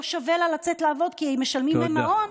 לא שווה לה לצאת לעבוד כי משלמים למעון,